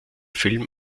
film